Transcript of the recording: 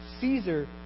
Caesar